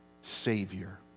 Savior